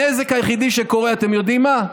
הנזק היחידי שקורה, אתם יודעים מה?